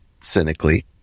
cynically